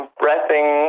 breathing